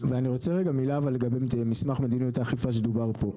אני רוצה רגע מילה על מסמך מדיניות האכיפה שדובר פה.